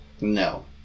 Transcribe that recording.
No